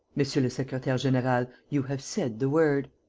monsieur le secretaire-general, you have said the word.